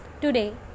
today